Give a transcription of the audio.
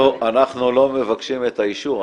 אנחנו לא מבקשים את האישור,